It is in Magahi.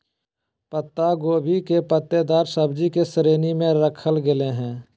पत्ता गोभी के पत्तेदार सब्जि की श्रेणी में रखल गेले हें